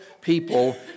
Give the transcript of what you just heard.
people